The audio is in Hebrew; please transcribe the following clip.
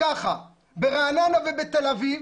ברעננה ובתל אביב